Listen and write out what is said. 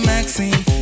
Maxine